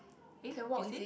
eh is it